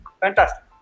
fantastic